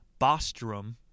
Bostrom